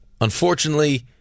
unfortunately